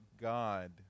God